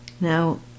Now